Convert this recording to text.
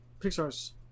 Pixar's